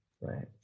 right